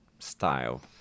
style